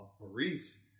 Maurice